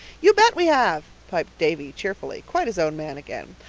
you bet we have, piped davy cheerfully, quite his own man again.